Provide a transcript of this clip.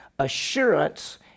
assurance